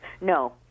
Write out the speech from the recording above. No